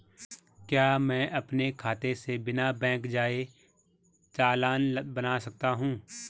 क्या मैं अपने खाते से बिना बैंक जाए चालान बना सकता हूँ?